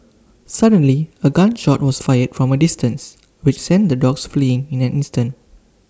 suddenly A gun shot was fired from A distance which sent the dogs fleeing in an instant